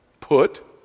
Put